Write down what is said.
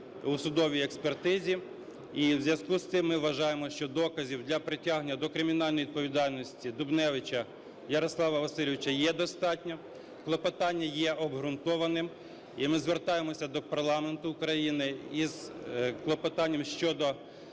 у судовій експертизі. І у зв'язку з цим ми вважаємо, що доказів для притягнення до кримінальної відповідальності Дубневича Ярослава Васильовича є достатньо. Клопотання є обґрунтованим, і ми звертаємося до парламенту України із клопотанням щодо